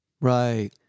Right